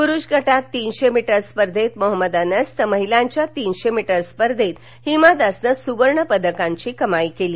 पुरूष गटात तीनशे मीटर स्पर्धेत मोहम्मद अनस तर महिलांच्या तीनशे मीटर स्पर्धेत हिमा दासनं सुवर्णपदकांची कमाई केली